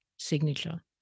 signature